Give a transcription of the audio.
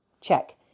check